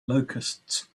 locusts